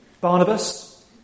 Barnabas